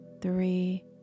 three